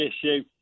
issue